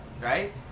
right